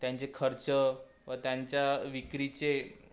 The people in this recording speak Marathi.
त्यांचे खर्च व त्यांच्या विक्रीचे